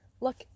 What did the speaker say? look